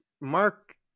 mark